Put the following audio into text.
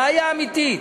בעיה אמיתית,